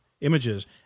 images